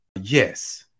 Yes